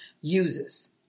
uses